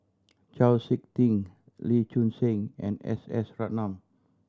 Chau Sik Ting Lee Choon Seng and S S Ratnam